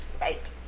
Right